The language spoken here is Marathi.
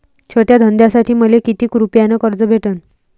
छोट्या धंद्यासाठी मले कितीक रुपयानं कर्ज भेटन?